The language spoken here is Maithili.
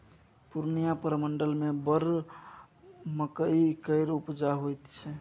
पूर्णियाँ प्रमंडल मे बड़ मकइ केर उपजा होइ छै